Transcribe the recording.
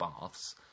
baths